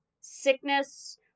sickness